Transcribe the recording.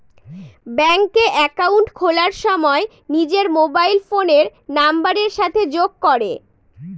ব্যাঙ্কে একাউন্ট খোলার সময় নিজের মোবাইল ফোনের নাম্বারের সাথে যোগ করে